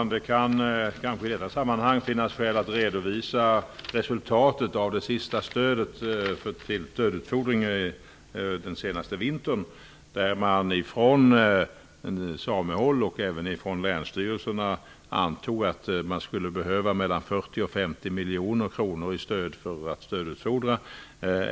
Fru talman! Det kan finnas skäl att i detta sammanhang redovisa resultatet av det sista stödet till stödutfodring den senaste vintern. Från samehåll och även från länsstyrelserna antog man att det skulle behövas mellan 40 och 50 miljoner kronor i stöd för att stödutfodra.